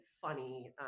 funny